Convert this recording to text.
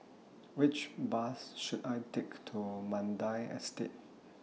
Which Bus should I Take to Mandai Estate